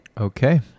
okay